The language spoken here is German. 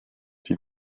die